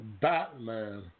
Batman